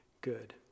good